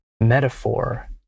metaphor